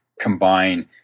combine